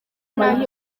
nta